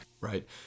right